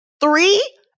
three